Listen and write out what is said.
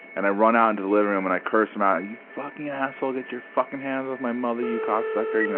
and i run out into the living room and i curse him out. you fucking asshole! get your fucking hands off my mother, you cocksucker!